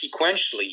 sequentially